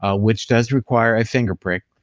ah which does require a finger prick,